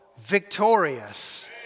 victorious